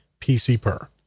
PCPER